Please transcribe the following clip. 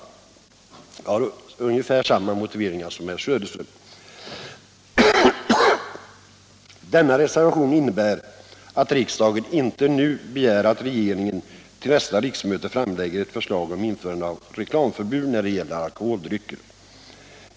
Jag har ungefär samma motiveringar som herr Söderström. Denna reservation innebär att riksdagen inte nu begär att regeringen till nästa riksmöte framlägger ett förslag om införande av reklamförbud när det gäller alkoholdrycker.